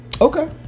Okay